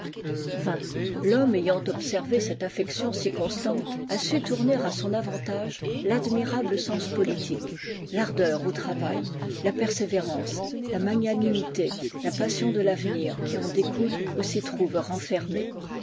xx l'homme ayant observé cette affection si constante a su tourner à son avantage l'admirable sens politique l'ardeur au travail la persévérance la magnanimité la passion de l'avenir qui en découlent ou s'y